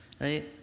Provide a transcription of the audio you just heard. Right